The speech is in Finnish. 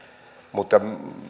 mutta